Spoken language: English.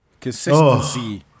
consistency